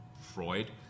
Freud